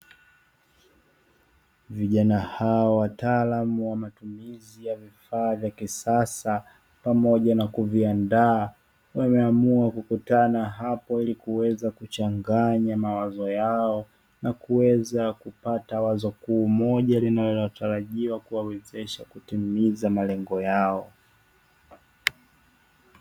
Vijana hawa wataalamu wa matumizi ya vifaa vya kisasa pamoja na kuviandaa, wameamua kukutana hapo ili kuweza kuchanganya mawazo yao, na kuweza kupata wazo kuu moja linalotarajiwa kuwawezesha kutimiza malengo yao.